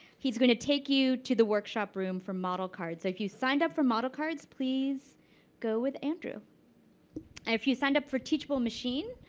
he's going to take you to the workshop room for model cards. so if you signed up for model cards, please go with andrew. and if you signed up for teachable machine,